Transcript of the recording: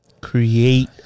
Create